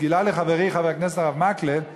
גילה לי חברי חבר הכנסת הרב מקלב,